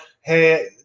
hey